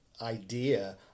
idea